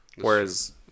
whereas